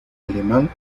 alemán